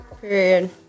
Period